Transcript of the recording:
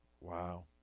Wow